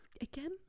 Again